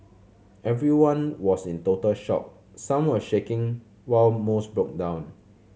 everyone was in total shock some were shaking while most broke down